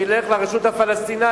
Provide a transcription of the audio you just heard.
שילך לרשות הפלסטינית,